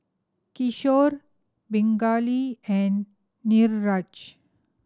Kishore Pingali and Niraj